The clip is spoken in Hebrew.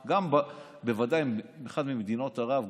בוודאי עם אחת ממדינות ערב,